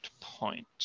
point